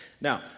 Now